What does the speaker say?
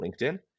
LinkedIn